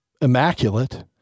immaculate